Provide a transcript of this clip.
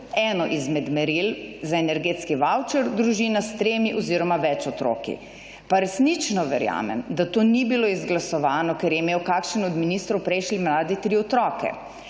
eno izmed meril za energetski vavčer družina s tremi oziroma več otroki, pa resnično verjamem, da to ni bilo izglasovano, ker je imel kakšen od ministrov v prejšnji vladi tri otroke,